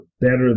better